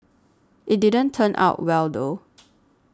it didn't turn out well though